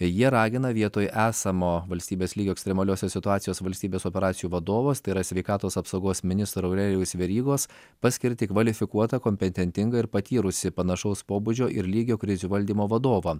jie ragina vietoj esamo valstybės lygio ekstremaliosios situacijos valstybės operacijų vadovas yra sveikatos apsaugos ministro aurelijaus verygos paskirti kvalifikuotą kompetentingą ir patyrusį panašaus pobūdžio ir lygio krizių valdymo vadovą